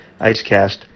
IceCast